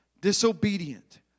disobedient